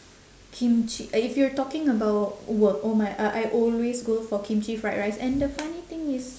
kimchi if you're talking about work oh my uh I always go for kimchi fried rice and the funny thing is